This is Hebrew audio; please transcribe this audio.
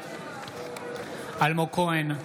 אלמוג כהן,